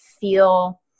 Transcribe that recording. feel